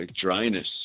dryness